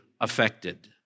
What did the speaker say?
affected